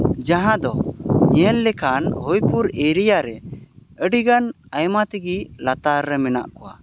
ᱡᱟᱦᱟᱸ ᱫᱚ ᱧᱮᱞ ᱞᱮᱠᱷᱟᱱ ᱦᱚᱵᱤᱯᱩᱨ ᱮᱨᱤᱭᱟ ᱨᱮ ᱟᱹᱰᱤᱜᱟᱱ ᱟᱭᱢᱟ ᱛᱮᱜᱮ ᱞᱟᱛᱟᱨ ᱨᱮ ᱢᱮᱱᱟᱜ